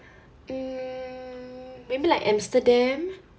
mm maybe like amsterdam